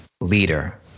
leader